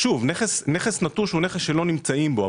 נכס נטוש הוא נכס שלא נמצאים בו,